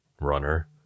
runner